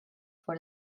for